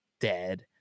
dead